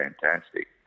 fantastic